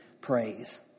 praise